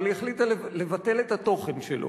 אבל היא החליטה לבטל את התוכן שלו,